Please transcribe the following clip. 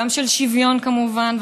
גם של שוויון כמובן,